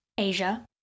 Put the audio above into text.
Asia